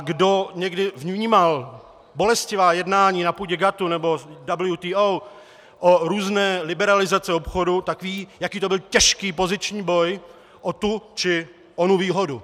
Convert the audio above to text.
Kdo někdy vnímal bolestivá jednání na půdě GATT nebo WTO o různé liberalizaci obchodu, tak ví, jaký to byl těžký poziční boj o tu či onu výhodu.